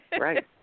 right